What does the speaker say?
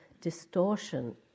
distortion